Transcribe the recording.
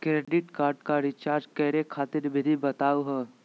Credit card क recharge करै खातिर विधि बताहु हो?